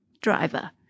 driver